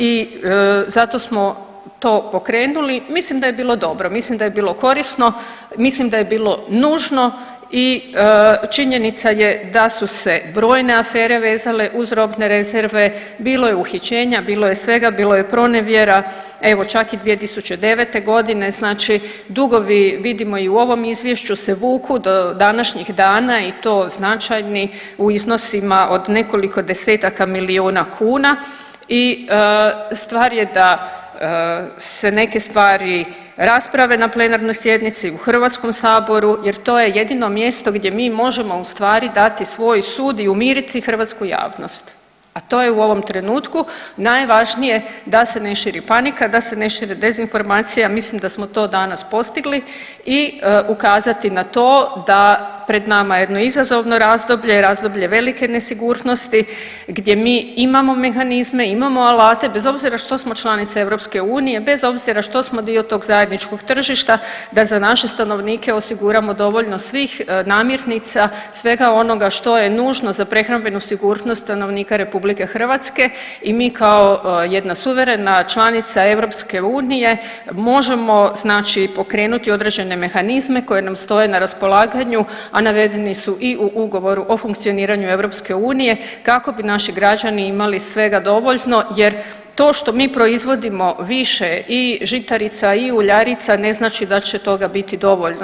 I zato smo to pokrenuli, mislim da je bilo dobro, mislim da je bilo korisno, mislim da je bilo nužno i činjenica je da su se brojne afere vezale uz robne rezerve, bilo je uhićenja, bilo je svega, bilo je pronevjera, evo čak i 2009.g. Znači dugovi vidimo i u ovom izvješću se vuku do današnjih dana i to značajni u iznosima od nekoliko desetaka milijuna kuna i stvar je da se neke stvari rasprave na plenarnoj sjednici u HS jer to je jedino mjesto gdje mi možemo ustvari dati svoj sud i umiriti hrvatsku javnost, a to je u ovom trenutku najvažnije da se ne širi panika, da se ne šire dezinformacija, a mislim da smo to danas postigli i ukazati na to da je pred nama jedno izazovno razdoblje, razdoblje velike nesigurnosti gdje mi imamo mehanizme, imamo alate bez obzira što smo članica EU, bez obzira što smo dio tog zajedničkog tržišta da za naše stanovnike osiguramo dovoljno svih namirnica, svega onoga što je nužno za prehrambenu sigurnost stanovnika RH i mi kao jedna suverena članica EU možemo pokrenuti određene mehanizme koji nam stoje na raspolaganju, a navedeni su i u Ugovoru o funkcioniranju EU kako bi naši građani imali svega dovoljno jer to što mi proizvodimo više i žitarica i uljarica ne znači da će toga biti dovoljno.